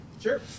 Sure